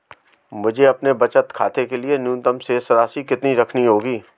मुझे अपने बचत खाते के लिए न्यूनतम शेष राशि कितनी रखनी होगी?